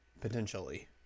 Potentially